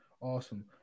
Awesome